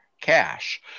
cash